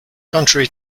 contrary